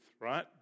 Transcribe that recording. right